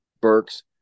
Burks